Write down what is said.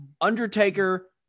Undertaker